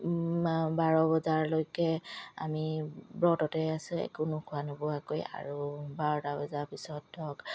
বাৰ বজাৰলৈকে আমি ব্ৰততে আছোঁ একো নোখোৱা নোবোৱাকৈ আৰু বাৰটা বজাৰ পিছত ধৰক